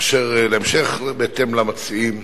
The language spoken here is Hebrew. אשר להמשך, בהתאם למציעים.